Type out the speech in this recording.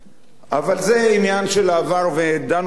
אבל זה עניין של העבר ודנו בו רבות.